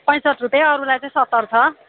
पैँसाट्ठी रुपियाँ अरूलाई चाहिँ सत्तर छ